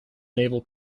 naval